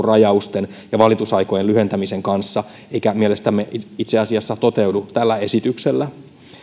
rajausten ja valitusaikojen lyhentämisen kanssa eikä mielestämme itse asiassa toteudu tällä esityksellä